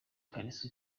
ikariso